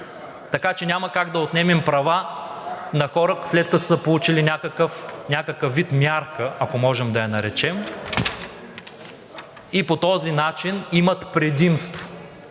Така че няма как да отнемем права на хора, след като са получили някакъв вид мярка, ако можем да я наречем, и по този начин имат предимство,